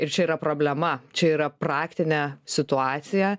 ir čia yra problema čia yra praktinė situacija